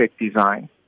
design